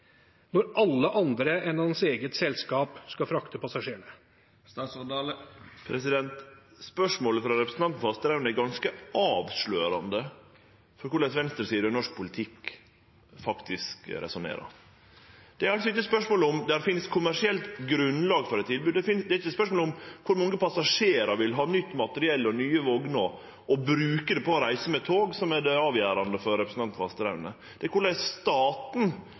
når alle andre enn hans eget selskap skal frakte passasjerene? Spørsmålet frå representanten Fasteraune er ganske avslørande for korleis venstresida i norsk politikk faktisk resonnerer. Det er altså ikkje spørsmål om det finst kommersielt grunnlag for eit tilbod, det er ikkje spørsmål om kor mange passasjerar som vil ha nytt materiell og nye vogner å bruke på reise med tog som er det avgjerande for representanten Fasteraune – det er korleis staten